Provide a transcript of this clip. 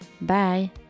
Bye